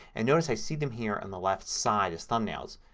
and notice i see them here on the left side as thumbnails.